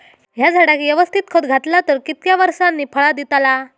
हया झाडाक यवस्तित खत घातला तर कितक्या वरसांनी फळा दीताला?